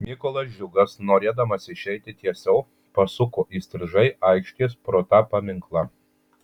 mykolas džiugas norėdamas išeiti tiesiau pasuko įstrižai aikštės pro tą paminklą